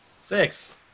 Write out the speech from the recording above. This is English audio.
Six